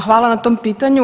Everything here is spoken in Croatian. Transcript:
Hvala na tom pitanju.